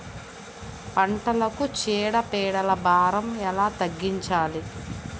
పంటలకు చీడ పీడల భారం ఎలా తగ్గించాలి?